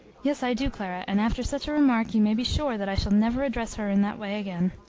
yes, i do, clara, and after such a remark you may be sure that i shall never address her in that way again.